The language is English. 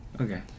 Okay